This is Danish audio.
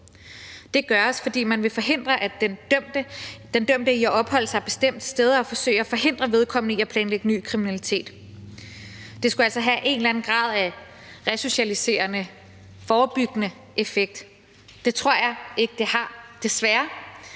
Det gøres, fordi man vil forhindre den dømte i at opholde sig bestemte steder og forsøge at forhindre vedkommende i at planlægge ny kriminalitet. Det skulle altså have en eller anden grad af resocialiserende, forebyggende effekt. Det tror jeg ikke det har, desværre.